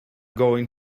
going